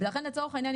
לכן לצורך העניין,